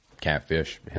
catfish